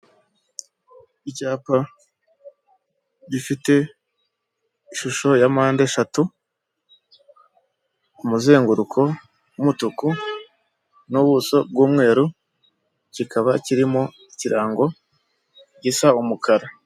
Icyapa gifite ishusho ya mpandeshatu, kumuzenguruko w'umutuku, n'ubuso bw'umweru, kikaba kirimo ikirango gisa umukara.